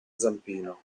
zampino